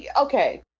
Okay